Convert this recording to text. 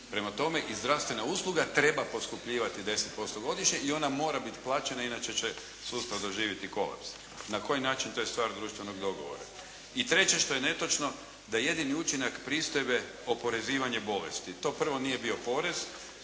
Prema tome, i zdravstvena usluga treba poskupljivati 10% godišnje i ona mora biti plaćena inače će sustav doživjeti kolaps. Na koji način, to je stvar društvenog dogovora. I treće što je netočno da jedini učinak pristojbe oporezivanje bolesti. To prvo nije bio porez.